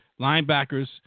linebackers